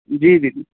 जी दीदी